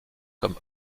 comme